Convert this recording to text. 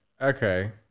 okay